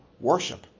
worship